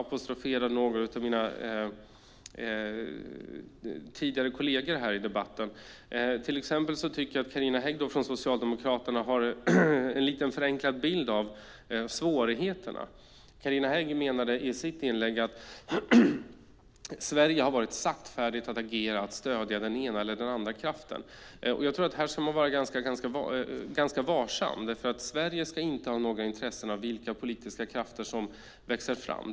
Jag ska apostrofera några av mina kolleger som varit uppe tidigare i debatten här. Jag tycker att Carina Hägg från Socialdemokraterna har en lite förenklad bild av svårigheterna. Hon menade i sitt inlägg att Sverige har varit saktfärdigt att agera och att stödja den ena eller andra kraften. Jag tror att man ska vara varsam här. Sverige ska inte ha några intressen av vilka politiska krafter som växer fram.